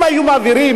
אם היו מעבירים,